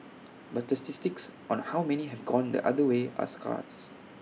but statistics on how many have gone the other way are scarce